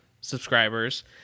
subscribers